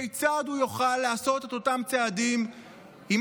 כיצד יוכל לעשות את אותם צעדים אם